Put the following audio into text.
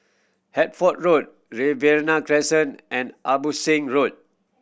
Hertford Road Riverina Crescent and Abbotsingh Road